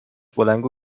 بلندگو